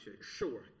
sure